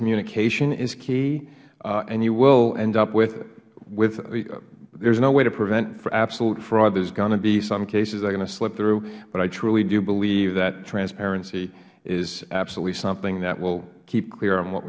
communication is key and you will end up withh there's no way to prevent for absolute fraud there's going to be some cases that are going to slip through but i truly do believe that transparency is absolutely something that will keep clear on what